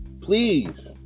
please